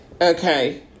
Okay